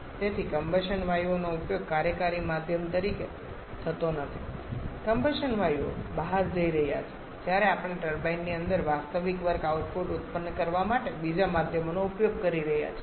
તેથી કમ્બશન વાયુઓનો ઉપયોગ કાર્યકારી માધ્યમ તરીકે થતો નથી કમ્બશન વાયુઓ બહાર જઈ રહ્યા છે જ્યારે આપણે ટર્બાઈનની અંદર વાસ્તવિક વર્ક આઉટપુટ ઉત્પન્ન કરવા માટે બીજા માધ્યમનો ઉપયોગ કરી રહ્યા છીએ